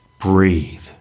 breathe